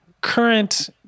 current